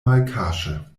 malkaŝe